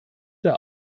der